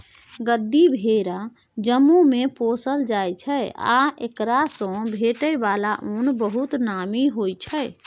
गद्दी भेरा जम्मूमे पोसल जाइ छै आ एकरासँ भेटै बला उन बहुत नामी होइ छै